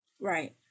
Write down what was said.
Right